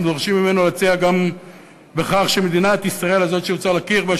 אנחנו דורשים ממנו להציע גם שמדינת ישראל הזאת שהוא צריך להכיר בה,